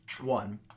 One